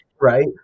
right